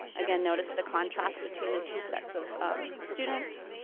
again, notice the contrast between the two sets of students.